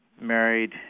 married